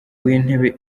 w’intebe